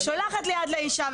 ושולחת ליד לאישה,